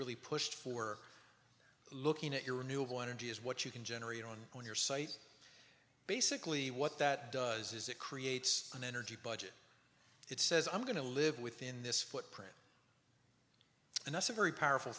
really pushed for looking at your renewal energy is what you can generate on your site basically what that does is it creates an energy budget it says i'm going to live within this footprint and that's a very powerful